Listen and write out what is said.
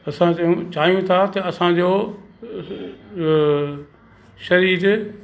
असां चाहियूं चाहियूं था त असांजो शरीर